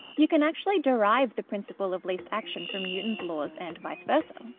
you can actually derive the principle of least action from newton's laws and vice versa.